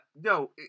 No